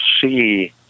see